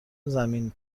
زمین